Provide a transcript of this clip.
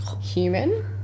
human